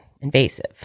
invasive